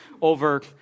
over